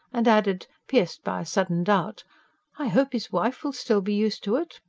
and added, pierced by a sudden doubt i hope his wife will still be used to it,